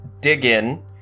dig-in